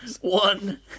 one